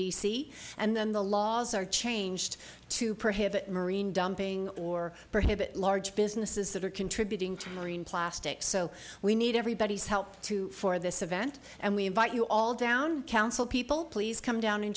c and then the laws are changed to prohibit marine dumping or perhaps at large businesses that are contributing to marine plastics so we need everybody's help to for this event and we invite you all down council people please come down